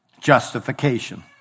Justification